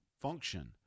function